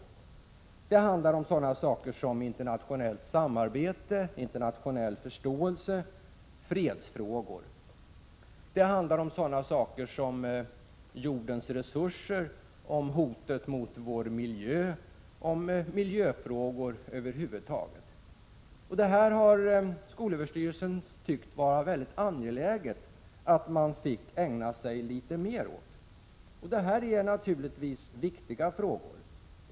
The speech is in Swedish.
I detta ämne tar man upp sådant som internationellt samarbete, internationell förståelse, fredsfrågor, jordens resurser, hotet mot vår miljö och miljöfrågor över huvud taget. Skolöverstyrelsen anser att det är mycket angeläget att eleverna får ägna sig litet mer åt detta. Det gäller naturligtvis viktiga frågor.